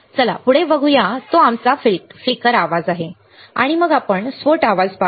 चला पुढे बघूया जो आमचा फ्लिकर आवाज आहे आणि मग आपण स्फोट आवाज पाहू